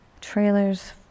trailers